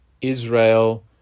Israel